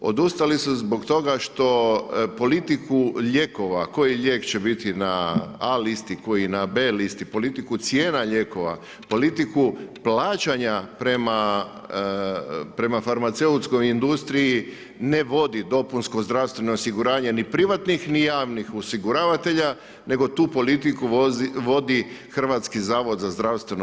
Odustali su zbog toga što politiku lijekova koji lijek će biti na A listi, koji na B listi, politiku cijena lijekova, politiku plaćanja prema farmaceutskoj industriji ne vodi dopunsko zdravstveno osiguranje ni privatnih ni javnih osiguravatelja nego tu politiku vodi HZZO.